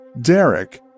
Derek